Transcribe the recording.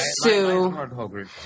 Sue